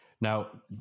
Now